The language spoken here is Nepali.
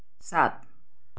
सात